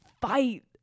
fight